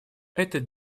этот